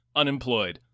unemployed